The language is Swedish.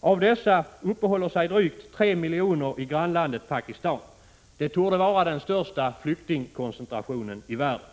Av dessa uppehåller sig drygt tre miljoner i grannlandet Pakistan. Det torde vara den största flyktingkoncentrationen i världen.